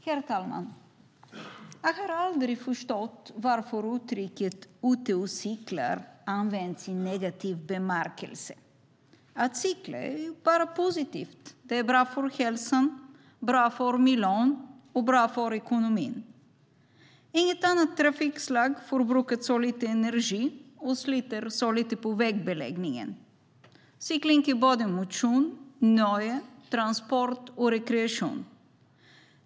Herr talman! Jag har aldrig förstått varför uttrycket "ute och cyklar" används i negativ bemärkelse. Att cykla är ju bara positivt - det är bra för hälsan, bra för miljön och bra för ekonomin. Inget annat trafikslag förbrukar så lite energi och sliter så lite på vägbeläggningen. Cykling är motion, nöje, transport och rekreation.